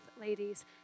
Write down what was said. ladies